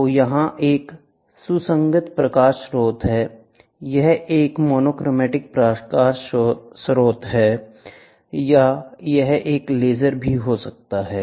तो यहां एक सुसंगत प्रकाश स्रोत है यह एक मोनोक्रोमैटिक प्रकाश स्रोत हो सकता है या यह एक लेजर भी हो सकता है